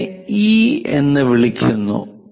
ഇതിനെ ഇ എന്ന് വിളിക്കുന്നു